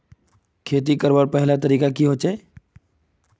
खेती करवार पहला तरीका की होचए?